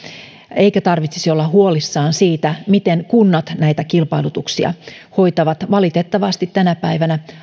eikä tarvitsisi olla huolissaan siitä miten kunnat näitä kilpailutuksia hoitavat valitettavasti tänä päivänä